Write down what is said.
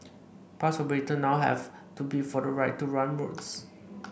bus operators now have to bid for the right to run routes